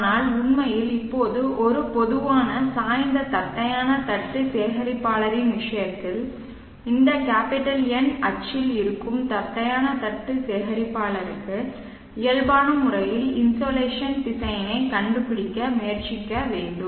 ஆனால் உண்மையில் இப்போது ஒரு பொதுவான சாய்ந்த தட்டையான தட்டு சேகரிப்பாளரின் விஷயத்தில் இந்த N அச்சில் இருக்கும் தட்டையான தட்டு சேகரிப்பாளருக்கு இயல்பான முறையில் இன்சோலேஷன் திசையனைக் கண்டுபிடிக்க முயற்சிக்க வேண்டும்